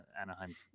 Anaheim